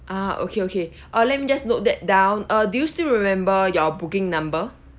ah okay okay uh let me just note that down uh do you still remember your booking number